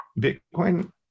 Bitcoin